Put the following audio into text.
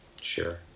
Sure